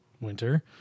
winter